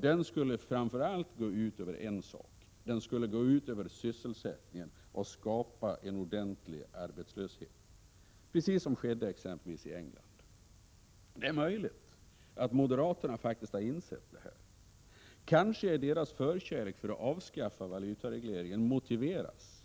Den skulle framför allt gå ut över sysselsättningen och skapa en ordentlig arbetslöshet, precis som skedde exempelvis i England. Det är möjligt att moderaterna faktiskt har insett det. Kanske deras förkärlek för att avskaffa valutaregleringen motiveras